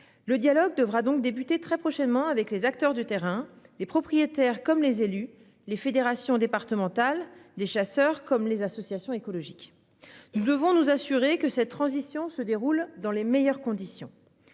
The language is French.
Le dialogue devra donc débuter très prochainement avec les acteurs du terrain. Les propriétaires, comme les élus, les fédérations départementales des chasseurs comme les associations écologiques ils devons nous assurer que cette transition se déroule dans les meilleures conditions.